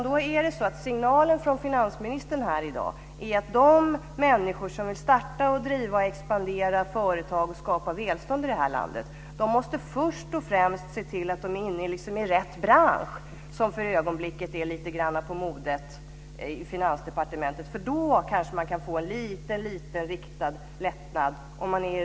Då är det så att signalen från finansministern här i dag är att de människor som vill starta, driva och expandera företag och skapa välstånd i detta land först och främst måste se till att de är inne i rätt bransch, som för ögonblicket är lite grann på modet i Finansdepartementet, för då kanske de kan få lite riktad lättnad.